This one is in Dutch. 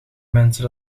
mensen